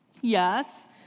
Yes